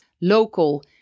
local